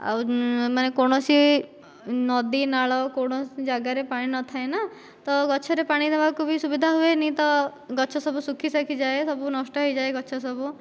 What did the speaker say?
ଆଉ ମାନେ କୌଣସି ନଦୀ ନାଳ କୌଣସି ଜାଗାରେ ପାଣି ନଥାଏ ନା ତ ଗଛରେ ବି ପାଣି ଦେବାକୁ ସୁବିଧା ହୁଏନି ତ ଗଛ ସବୁ ସୁଖୀ ସାଖୀ ଯାଏ ସବୁ ନଷ୍ଟ ହୋଇଯାଏ ଗଛ ସବୁ